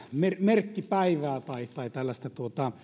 merkkipäivää